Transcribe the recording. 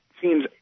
seems